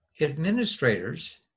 administrators